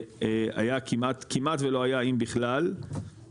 כמעט ולא היה אם בכלל,